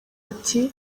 ati